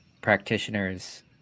practitioners